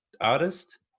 artist